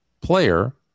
player